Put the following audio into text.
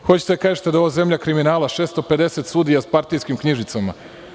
Hoćete da kažete da je ovo zemlja kriminala, 650 sudija sa partijskim knjižicama?